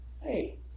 hey